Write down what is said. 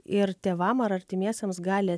ir tėvam ar artimiesiems gali